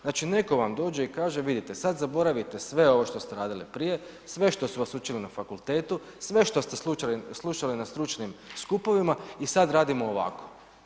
Znači netko vam dođe i kaže, vidite, sad zaboravite sve ovo što ste radili prije, sve što su vas učili na fakultetu, sve što ste slušali na stručnim skupovima i sad radimo ovako.